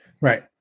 Right